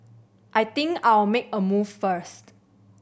I think I'll make a move first